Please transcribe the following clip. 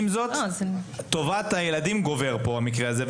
עם זאת, טובת הילדים גוברת במקרה הזה.